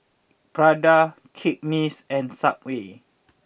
Prada Cakenis and Subway